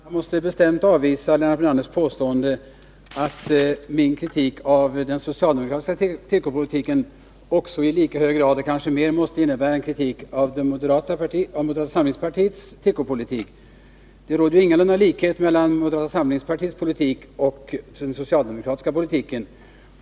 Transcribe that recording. Fru talman! Jag måste bestämt avvisa Lennart Brunanders påstående att min kritik av den socialdemokratiska tekopolitiken i lika hög grad måste innebära kritik av moderata samlingspartiets tekopolitik. Det råder ingalunda likhet mellan den moderata och den socialdemokratiska politiken.